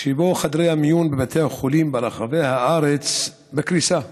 שבו חדרי המיון בבתי החולים ברחבי הארץ בקריסה.